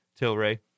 Tilray